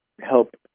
help